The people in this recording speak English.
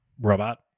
Robot